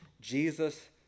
Jesus